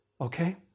okay